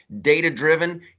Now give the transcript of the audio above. data-driven